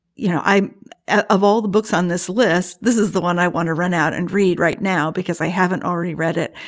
you know, i ah love all the books on this list. this is the one i want to run out and read right now because i haven't already read it.